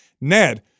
Ned